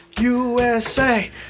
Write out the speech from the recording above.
USA